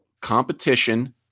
Competition